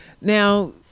Now